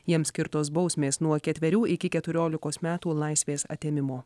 jiems skirtos bausmės nuo ketverių iki keturiolikos metų laisvės atėmimo